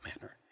manner